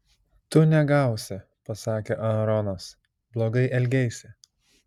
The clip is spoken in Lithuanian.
tu negausi pasakė aaronas blogai elgeisi